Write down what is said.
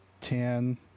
ten